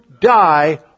die